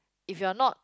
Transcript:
if you are not